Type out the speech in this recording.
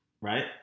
right